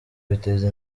biteza